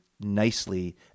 nicely